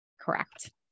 Correct